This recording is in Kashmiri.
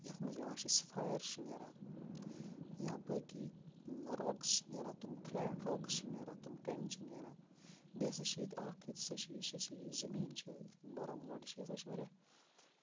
یَتھ منٛز یِوان چھِ سیٚفایَر چھِ نیران یا بٲقٕے راکٕس چھِ نیران تِم فٕلیٹ راکٕس چھِ نیران کَنہِ چھِ نیران بیٚیہِ ہَسا چھِ ییٚتہِ اَکھ ییٚتہِ سا چھُ یُس اَسہِ یہِ زٔمیٖن چھِ بارہمولہ دسٹ یہِ چھِ واریاہ